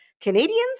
Canadians